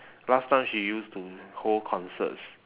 last time she used to hold concerts